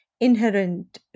inherent